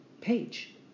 page